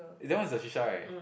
is that one a shisha right